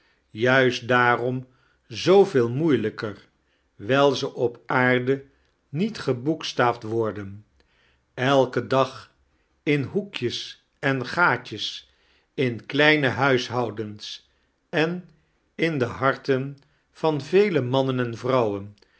j-uist daarom zoo veel moeilijker wijl ze op aarde niet geboekstaafd wop den elken dag in hoekjes en gaatjes in kleine huishouderus en in die harten van vele manneai en vrouwen